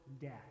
death